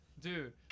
Dude